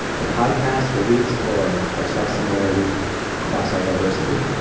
the podcast where we explore our self similarity across our diversity.